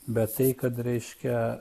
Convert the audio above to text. bet tai kad reiškia